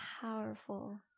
powerful